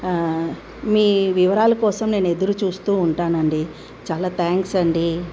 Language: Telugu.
మీ వివరాాల కోసం నేను ఎదురు చూస్తూ ఉంటానండి చాలా థ్యాంక్స్ అండి